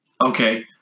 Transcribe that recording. Okay